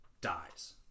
dies